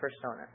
persona